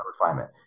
refinement